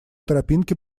тропинке